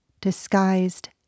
disguised